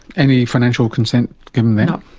any financial consent given then? um